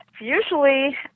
usually